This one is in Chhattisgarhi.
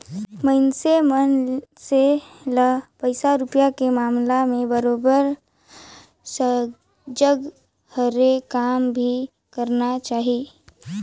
मइनसे मन से ल पइसा रूपिया के मामला में बरोबर सजग हरे काम भी करना चाही